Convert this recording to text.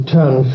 turn